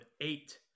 eight